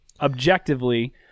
objectively